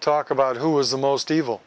talk about who is the most evil